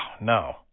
no